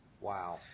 Wow